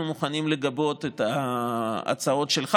אנחנו מוכנים לגבות את ההצעות שלך,